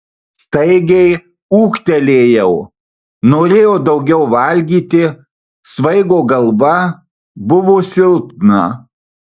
staigiai ūgtelėjau norėjau daugiau valgyti svaigo galva buvo silpna